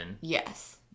yes